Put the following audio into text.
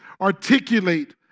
articulate